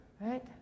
Right